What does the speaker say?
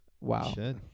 Wow